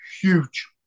huge